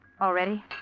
Already